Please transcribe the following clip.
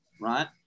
right